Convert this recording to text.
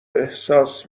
احساس